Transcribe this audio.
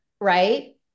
right